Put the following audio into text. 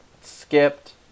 skipped